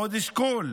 עוד שכול,